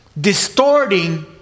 Distorting